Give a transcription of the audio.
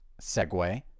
segue